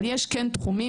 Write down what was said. אבל יש כן תחומים,